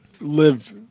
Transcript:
live